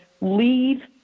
leave